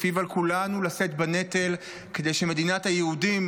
שלפיו על כולנו לשאת בנטל כדי שמדינת היהודים,